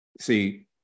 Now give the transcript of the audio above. See